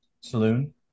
saloon